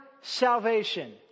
salvation